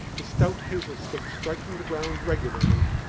his stout hazel stick striking the ground regularly,